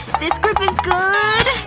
this grip is good,